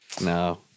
No